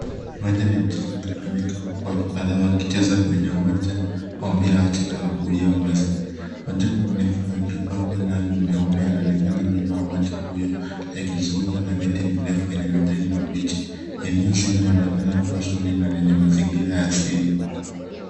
Viwanja vya mchezo vinatumika huku watu kadhaa wakicheza kwenye uwanja wa mpira wa kikapu ulio wazi. Majengo marefu yaliyopakwa rangi nyeupe yanaonekana nyuma. Uwanja huo umezungukwa na miti mirefu yenye majani mabichi. Eneo zima linaonekana kuwa shwari na lenye mazingira ya asili.